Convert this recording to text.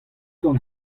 gant